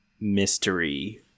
mystery